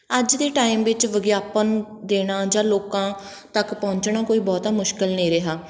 ਅੱਜ ਦੇ ਟਾਈਮ ਵਿੱਚ ਵਿਗਿਆਪਨ ਦੇਣਾ ਜਾਂ ਲੋਕਾਂ ਤੱਕ ਪਹੁੰਚਣਾ ਕੋਈ ਬਹੁਤਾ ਮੁਸ਼ਕਿਲ ਨਹੀਂ ਰਿਹਾ